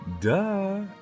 Duh